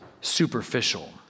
superficial